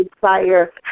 fire